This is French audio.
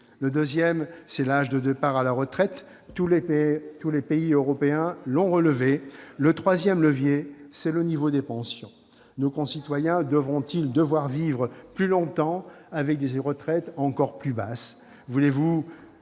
Le deuxième, c'est l'âge de départ à la retraite ; tous les pays européens l'ont relevé. Le troisième, c'est le niveau des pensions. Nos concitoyens devront-ils vivre plus longtemps avec des retraites encore plus basses ?